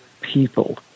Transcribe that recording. people